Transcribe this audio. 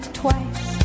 twice